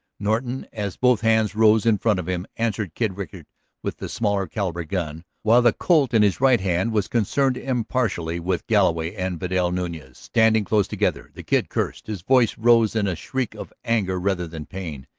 norton, as both hands rose in front of him, answered kid rickard with the smaller-caliber gun while the colt in his right hand was concerned impartially with galloway and vidal nunez, standing close together. the kid cursed, his voice rose in a shriek of anger rather than pain,